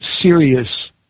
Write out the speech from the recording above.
serious